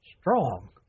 Strong